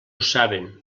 saben